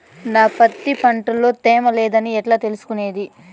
నా పత్తి పంట లో తేమ లేదని ఎట్లా తెలుసుకునేది?